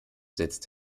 setzt